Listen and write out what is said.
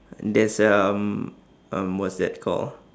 there's a um um what's that called